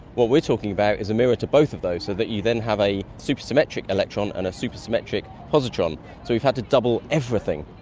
what we're talking about is a mirror to both of those so that you then have a super symmetric positron and a super symmetric positron, so we've had to double everything.